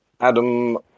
Adam